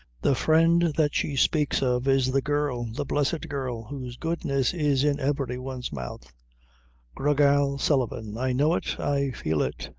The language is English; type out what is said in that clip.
the friend that she speaks of is the girl the blessed girl whose goodness is in every one's mouth gra gal sullivan. i know it, i feel it.